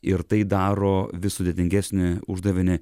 ir tai daro vis sudėtingesnį uždavinį